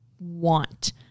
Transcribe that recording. want